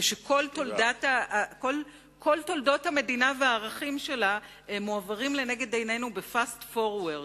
כשכל תולדות המדינה והערכים שלה מועברים לנגד עינינו ב-fast forward,